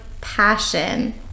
passion